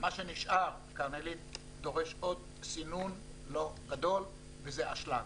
מה שנשאר דורש עוד סינון, לא גדול וזה האשלג.